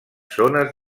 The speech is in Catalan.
zones